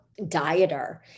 dieter